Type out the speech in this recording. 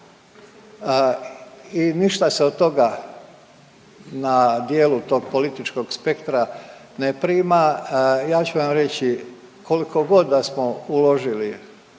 i ništa se od toga na djelu tog političkog spektra ne prima, ja ću vam reći, koliko god da smo uložili,